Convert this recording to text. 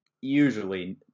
usually